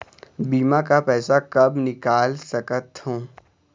बीमा का पैसा कब निकाल सकत हो?